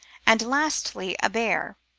and lastly a bear.